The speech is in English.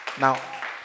Now